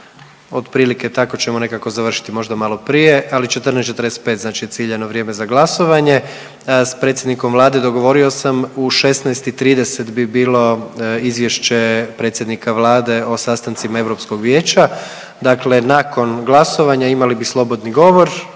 Otprilike tako ćemo nekako završiti, možda malo prije ali 14,45 je ciljano vrijeme za glasovanje. Sa predsjednikom Vlade dogovorio sam u 16,30 bi bilo Izvješće predsjednika Vlade o sastancima Europskog vijeća. Dakle, nakon glasovanja imali bi slobodni govor,